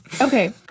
Okay